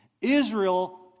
Israel